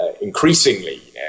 increasingly